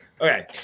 Okay